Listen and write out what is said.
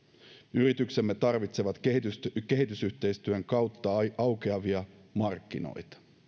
yrityksemme tarvitsevat kehitysyhteistyön kautta aukeavia markkinoita